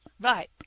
Right